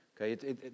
Okay